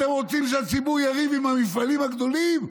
אתם רוצים שהציבור יריב עם המפעלים הגדולים?